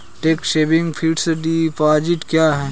Tax saving fixed deposit क्या है?